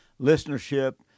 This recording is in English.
listenership